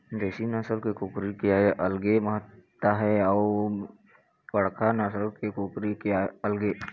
देशी नसल के कुकरी के अलगे महत्ता हे अउ बड़का नसल के कुकरी के अलगे